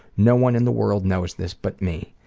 no one in the world knows this but me.